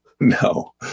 no